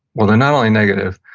well, they're not only negative,